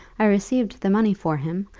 i received the money for him,